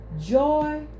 joy